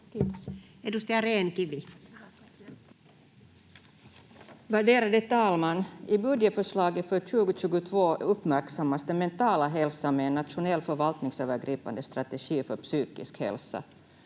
Content: Värderade talman! I budgetförslaget för 2022 uppmärksammas den mentala hälsan med en nationell förvaltningsövergripande strategi för psykisk hälsa.